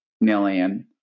million